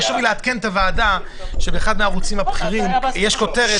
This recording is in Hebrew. חשוב לי לעדכן את הוועדה שבאחד מהערוצים הבכירים יש כותרת